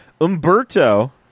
Umberto